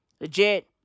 Legit